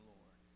Lord